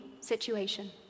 situation